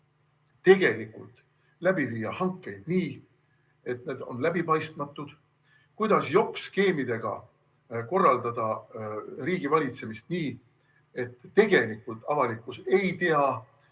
tegelikult läbi viia hankeid nii, et need on läbipaistmatud, kuidas jokk-skeemidega korraldada riigi valitsemist nii, et tegelikult avalikkus ei tea,